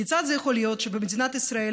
כיצד זה יכול להיות שבמדינת ישראל,